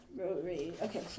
Okay